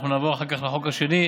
אנחנו נעבור אחר כך לחוק השני.